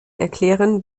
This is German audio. erklären